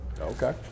Okay